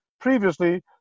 Previously